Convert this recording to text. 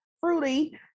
fruity